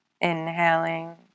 Inhaling